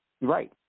Right